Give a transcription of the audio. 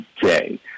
day